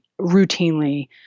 routinely